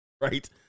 right